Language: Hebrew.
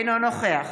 אינו נוכח